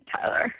Tyler